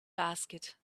basket